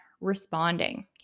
responding